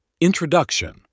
Introduction